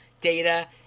data